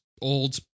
old